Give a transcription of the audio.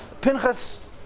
Pinchas